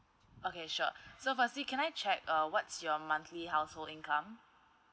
okay sure so firstly can I check uh what's your monthly household income